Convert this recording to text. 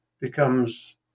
becomes